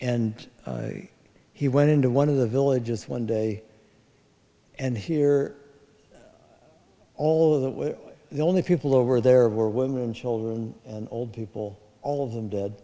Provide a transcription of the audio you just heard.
and he went into one of the villages one day and here all of that were the only people over there were women and children and old people all of them dead